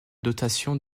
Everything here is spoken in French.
dotation